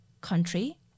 country